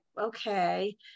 okay